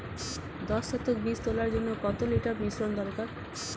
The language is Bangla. দশ শতক বীজ তলার জন্য কত লিটার মিশ্রন দরকার?